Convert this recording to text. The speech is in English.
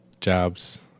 jobs